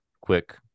quick